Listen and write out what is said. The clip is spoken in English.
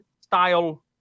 style